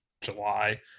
July